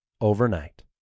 overnight